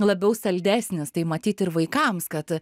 labiau saldesnis tai matyt ir vaikams kad